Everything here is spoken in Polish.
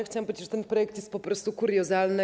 Chciałam powiedzieć, że ten projekt jest po prostu kuriozalny.